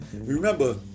remember